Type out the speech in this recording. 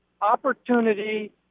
Opportunity